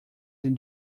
than